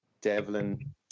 devlin